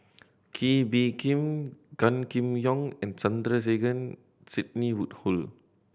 Kee Bee Khim Gan Kim Yong and Sandrasegaran Sidney Woodhull